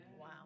Wow